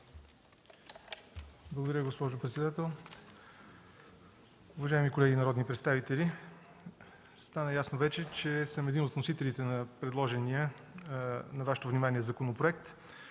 Благодаря Ви, госпожо председател. Уважаеми колеги народни представители, вече стана ясно, че съм един от вносителите на предложения на Вашето внимание законопроект.